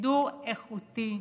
שידור איכותי,